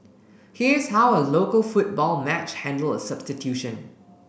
here's how a local football match handle a substitution